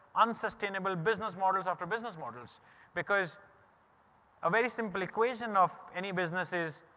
unsustainable business models after business models because a very simple equation of any businesses,